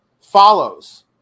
follows